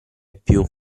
più